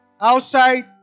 Outside